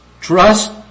Trust